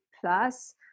plus